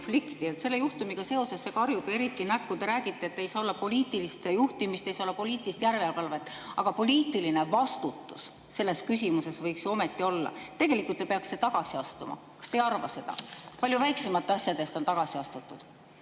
Selle juhtumiga seoses see karjub ju eriti näkku. Te räägite, et ei saa olla poliitilist juhtimist, ei saa olla poliitilist järelevalvet. Aga poliitiline vastutus selles küsimuses võiks ju ometi olla. Tegelikult te peaksite tagasi astuma. Kas te ei arva seda? Palju väiksemate asjade eest on tagasi astutud.